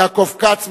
יעקב כץ,